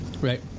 Right